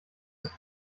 ist